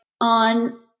on